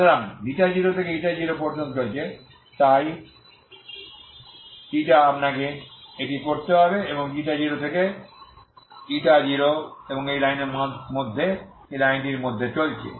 সুতরাং 0থেকে 0 পর্যন্ত চলছে তাই আপনাকে এটি করতে হবে0থেকে 0এবং এই লাইনের মধ্যে এই লাইনের মধ্যে চলছে